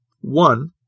One